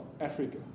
Africa